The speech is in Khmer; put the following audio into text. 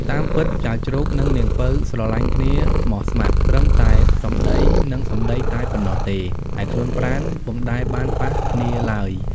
តាមពិតចៅជ្រូក និងនាងពៅស្រឡាញ់គ្នាស្មោះស្ម័គ្រត្រឹមតែសំដីនឹងសំដីតែប៉ុណ្ណោះទេ ឯខ្លួនប្រាណពុំដែលបានប៉ះគ្នាឡើយ។